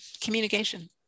communication